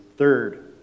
third